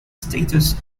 status